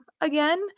again